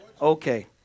Okay